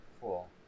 Cool